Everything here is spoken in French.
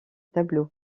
tableau